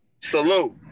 Salute